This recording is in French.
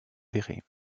perret